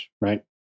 right